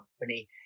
company